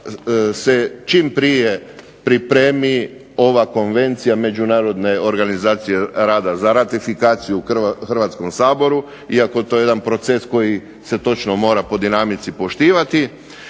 da se čim prije pripremi ova konvencija Međunarodne organizacije rada za ratifikaciju u Hrvatskom saboru iako je to jedan proces koji se točno mora po dinamici poštivati